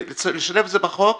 לשלב את זה בחוק,